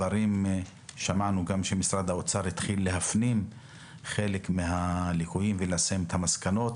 שמענו שמשרד האוצר התחיל להפנים חלק מן הליקויים וליישם את המסקנות.